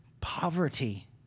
poverty